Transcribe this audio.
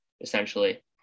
essentially